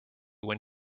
when